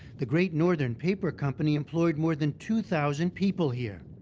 the great northern paper company employed more than two thousand people here.